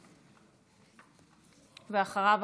אחריו,